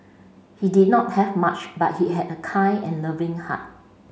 he did not have much but he had a kind and loving heart